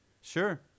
Sure